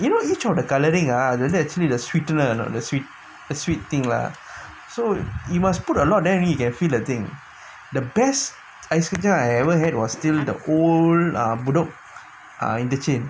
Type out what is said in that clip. you know each of the coluoring ah actually the sweetener the sweet sweet thing lah so you must put a lot then only you can feel a thing the best ice kacang I ever had was still the old bedok interchange